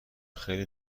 خیلی